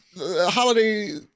Holiday